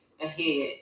ahead